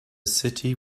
city